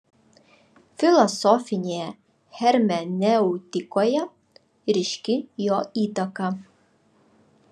filosofinėje hermeneutikoje ryški jo įtaka